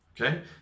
Okay